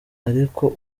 ariko